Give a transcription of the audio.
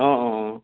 অঁ অঁ অঁ